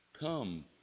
Come